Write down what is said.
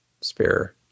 spare